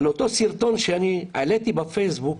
אני בעד.